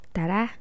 Tara